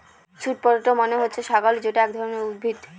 sweet potato মানে হল শাকালু যেটা এক ধরনের উদ্ভিদ